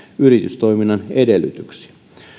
yritystoiminnan edellytyksiä